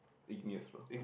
igneous rock